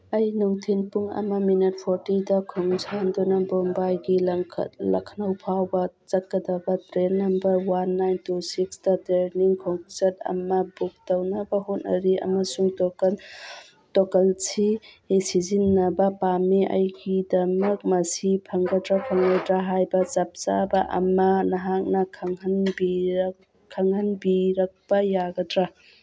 ꯑꯩ ꯅꯨꯡꯊꯤꯜ ꯄꯨꯡ ꯑꯃ ꯃꯤꯅꯠ ꯐꯣꯔꯇꯤꯗ ꯈꯣꯡꯁꯥꯟꯗꯨꯅ ꯕꯣꯝꯕꯥꯏꯒꯤ ꯂꯈꯅꯧ ꯐꯥꯎꯕ ꯆꯠꯀꯗꯕ train number one nine two ꯁꯤꯛꯁꯇ ꯇ꯭ꯔꯦꯅꯤꯡ ꯈꯣꯡꯆꯠ ꯑꯃ ꯕꯨꯛ ꯇꯧꯅꯕ ꯍꯣꯠꯅꯔꯤ ꯑꯃꯁꯨꯡ ꯇꯣꯀꯟꯁꯤ ꯁꯤꯖꯤꯟꯅꯕ ꯄꯥꯝꯃꯤ ꯑꯩꯒꯤꯗꯃꯛ ꯃꯁꯤ ꯐꯪꯒꯗ꯭ꯔ ꯐꯪꯉꯣꯏꯗ꯭ꯔ ꯍꯥꯏꯕ ꯆꯞ ꯆꯥꯕ ꯑꯃ ꯅꯍꯥꯛꯅ ꯈꯪꯍꯟꯕꯤꯔꯛꯄ ꯌꯥꯒꯗ꯭ꯔ